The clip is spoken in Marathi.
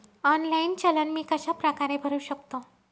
ऑनलाईन चलन मी कशाप्रकारे भरु शकतो?